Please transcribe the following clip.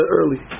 early